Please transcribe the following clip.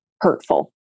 hurtful